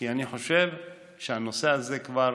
כי אני חושב שבנושא הזה כבר